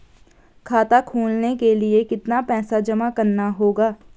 खाता खोलने के लिये कितना पैसा जमा करना होगा?